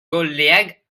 collègue